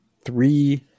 three